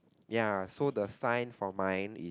ya so the sign for mine is